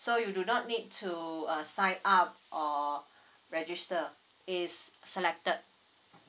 so you do not need to uh sign up or register it's selected